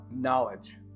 knowledge